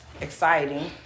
exciting